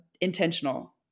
intentional